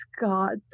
God